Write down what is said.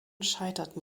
scheiterten